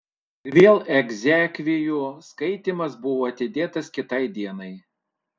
ir vėl egzekvijų skaitymas buvo atidėtas kitai dienai